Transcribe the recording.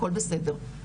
הכול בסדר,